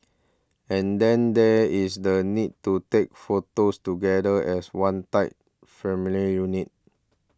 and then there is the need to take photos together as one tight familial unit